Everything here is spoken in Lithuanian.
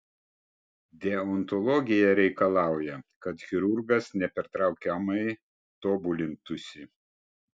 deontologija reikalauja kad chirurgas nepertraukiamai tobulintųsi